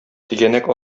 тигәнәк